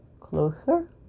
closer